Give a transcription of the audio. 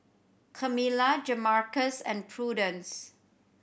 Kamila Jamarcus and Prudence